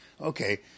Okay